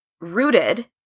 rooted